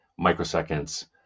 microseconds